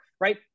Right